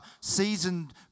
seasoned